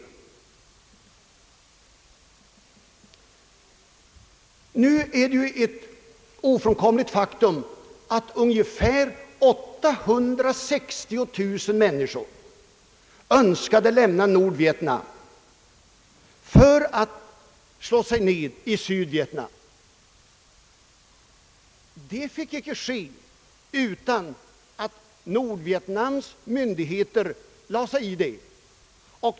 Ett ofrånkomligt faktum är nu att ungefär 860000 människor önskade lämna Nordvietnam för att slå sig ned i Syvietnam. Så fick inte ske, utan att Nordvietnams myndigheter lade sig i det.